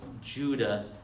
Judah